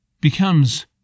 becomes